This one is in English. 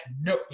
No